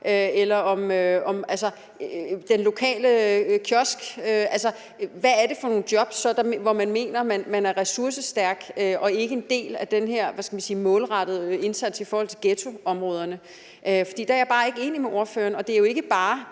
eller i den lokale kiosk? Altså, hvad er det for nogle jobs, hvor man mener man er ressourcestærk og ikke en del af den her målrettede indsats i forhold til ghettoområderne? Der er jeg bare ikke enig med ordføreren. Og det er jo ikke bare